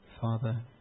Father